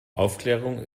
aufklärung